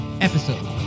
episode